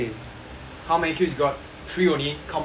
how many kills you got three only come on man